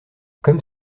comme